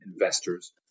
investors